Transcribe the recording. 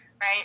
right